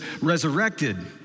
resurrected